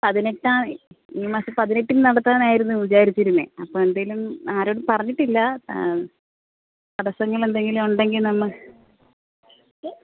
പതിനെട്ടാം ഈ മാസം പതിനെട്ടിന് നടത്താനായിരുന്നു വിചാരിച്ചിരുന്നത് അപ്പോൾ എന്തെങ്കിലും ആരോടും പറഞ്ഞിട്ടില്ല തടസ്സങ്ങൾ എന്തെങ്കിലും ഉണ്ടെങ്കിൽ നമ്മൾ